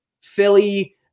Philly